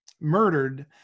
murdered